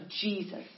Jesus